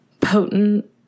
potent